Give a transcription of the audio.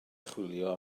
chwilio